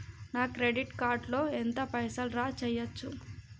నా credit card లో ఎంత పైసల్ డ్రా చేయచ్చు?